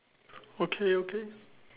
okay okay